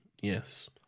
Yes